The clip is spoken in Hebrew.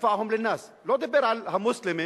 אנפעהם ללנאס"; לא דיבר על המוסלמים,